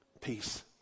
peace